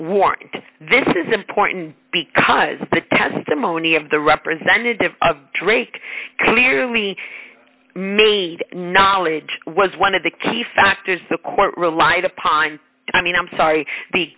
warrant this is important because the testimony of the representative of drake clearly made knowledge was one of the key factors the court relied upon i mean i'm sorry the